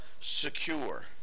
secure